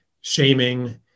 shaming